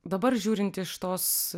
dabar žiūrint iš tos